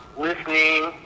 listening